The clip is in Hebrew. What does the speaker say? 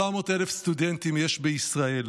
400,000 סטודנטים יש בישראל.